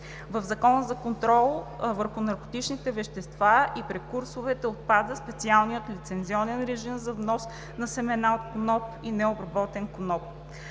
В Закона за контрол върху наркотичните вещества и прекурсорите отпада специалният лицензионен режим за внос на семена от коноп и на необработен коноп.